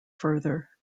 further